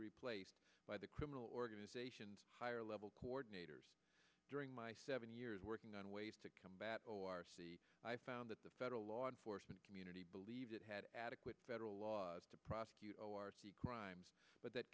replaced by the criminal organizations higher level coordinators during my seven years working on ways to combat o r c i found that the federal law enforcement community believed it had adequate federal laws to prosecute crimes but that